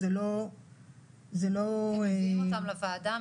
הם מביאים אותן לוועדה,